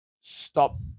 stop